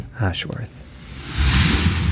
Ashworth